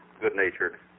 good-natured